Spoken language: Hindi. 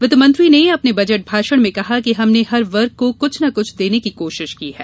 वित्त मंत्री ने अपने बजट भाषण में कहा कि हमने हर वर्ग को कुछ न कुछ देने की कोशिश की है